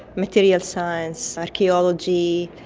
materials science, archaeology,